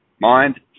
Mind